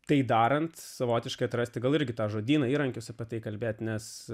tai darant savotiškai atrasti gal irgi tą žodyną įrankius apie tai kalbėti nes